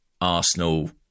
Arsenal